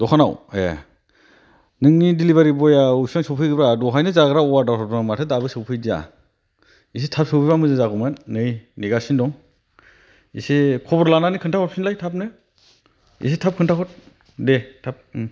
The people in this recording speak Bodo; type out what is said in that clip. दखानाव ए नोंनि डिलिभारि बय आ अबेसिम सौफैखौ ब्रा दहायनो जाग्रा अर्दार हरदों आं माथो दाबो सौफैदिया एसे थाब सौफैबा मोजां जागौमोन नै नेगासिनो दं एसे खबर लानानै खोन्थाहरफिनलाय थाबनो एसे थाब खोन्था हर दे थाब ओम